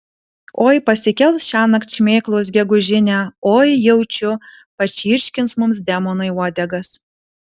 oi pasikels šiąnakt šmėklos gegužinę oi jaučiu pačirškins mums demonai uodegas